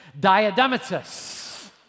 diadematus